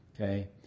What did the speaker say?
okay